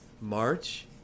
March